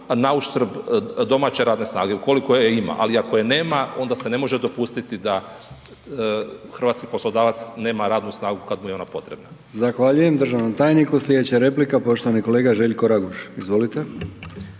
nauštrb domaće radne snage, ukoliko je ima, ali ako je nema onda se ne može dopustiti da hrvatski poslodavac nema radnu snagu kad mu je ona potrebna.